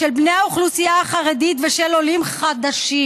של בני האוכלוסייה החרדית ושל עולים חדשים".